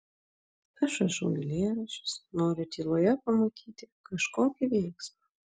aš rašau eilėraščius noriu tyloje pamatyti kažkokį veiksmą